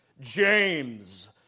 James